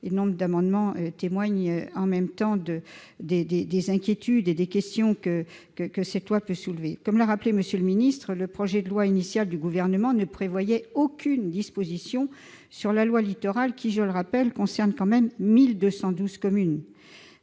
et nombre d'amendements témoignent des inquiétudes et des questions que cette loi peut soulever. Comme l'a rappelé M. le ministre, le projet de loi initial du Gouvernement ne prévoyait aucune disposition sur la loi Littoral, qui, je le rappelle, concerne quand même 1 212 communes,